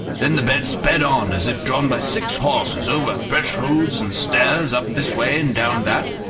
then the bed sped on as if drawn by six horses, over thresholds and stairs, up this way and down that.